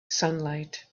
sunlight